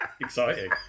Exciting